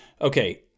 Okay